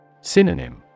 Synonym